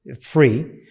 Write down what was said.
free